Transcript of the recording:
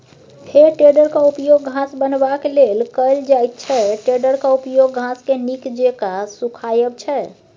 हे टेडरक उपयोग घास बनेबाक लेल कएल जाइत छै टेडरक उपयोग घासकेँ नीक जेका सुखायब छै